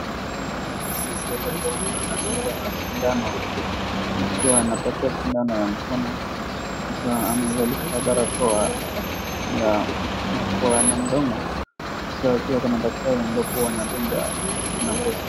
Kuna mzee mmoja ambapo huwa anadungwa na sindano. Sasa anapatwa sindano ya mkono. Sasa amevalishwa barakoa ya mdomo. Sasa pia kuna daktari ambapo huwa anadunga na.